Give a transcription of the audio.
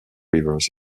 rivers